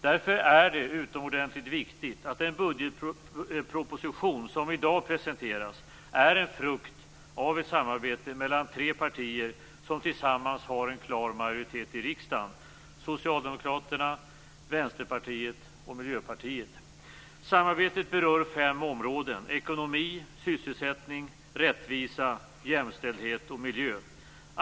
Därför är det utomordentligt viktigt att den budgetproposition som i dag presenteras är en frukt av ett samarbete mellan tre partier som tillsammans har en klar majoritet i riksdagen: Socialdemokraterna, Samarbetet berör fem områden: ekonomi, sysselsättning, rättvisa, jämställdhet och miljö.